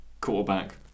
quarterback